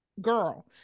girl